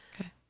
Okay